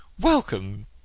Welcome